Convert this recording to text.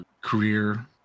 career